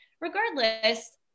regardless